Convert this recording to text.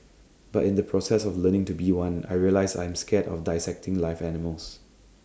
but in the process of learning to be one I realised I'm scared of dissecting live animals